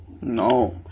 No